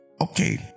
Okay